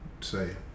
say